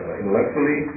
intellectually